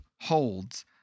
holds